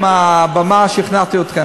אם החוק כל כך חשוב לה,